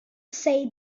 say